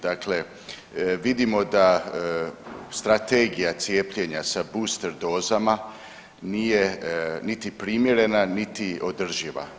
Dakle vidimo da strategija cijepljenja sa booster dozama nije niti primjerena niti održiva.